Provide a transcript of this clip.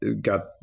got